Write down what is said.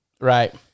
Right